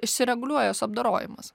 išsireguliuoja jos apdorojimas